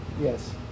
Yes